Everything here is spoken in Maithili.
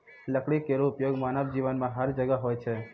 लकड़ी केरो उपयोग मानव जीवन में हर जगह होय छै